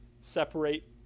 separate